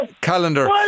calendar